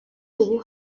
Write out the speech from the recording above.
ubu